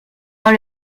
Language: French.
dans